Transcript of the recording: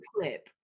clip